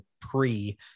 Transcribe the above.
pre